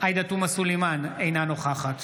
עאידה תומא סלימאן, אינה נוכחת